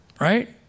Right